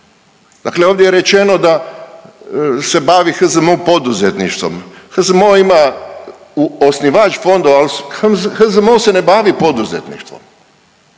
Dakle, ovdje je rečeno da se bavi HZMO poduzetništvom. HZMO ima osnivač fondova, HZMO se ne bavi poduzetništvom.